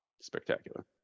spectacular